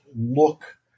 look